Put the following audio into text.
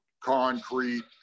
concrete